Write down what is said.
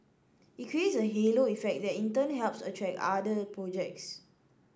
it creates a halo effect that in turn helps attract other projects